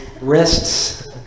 wrists